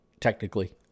technically